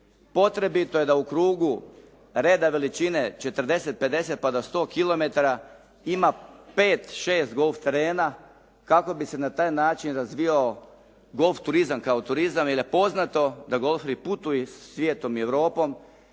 potrebito je da u krugu reda veličine 40, 50 pa do 100 kilometara ima 5, 6 golf terena kako bi se na taj način razvijao golf turizam kao turizam jer je poznato da golferi putuju svijetom i Europom